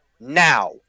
now